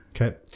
Okay